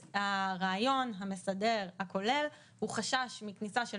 הרעיון המסדר הכולל הוא חשש מכניסה של